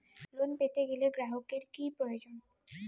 Loan পেতে গেলে গ্রাহকের কি প্রয়োজন?